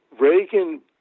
Reagan